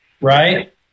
right